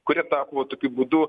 kurie tapo tokiu būdu